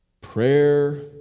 prayer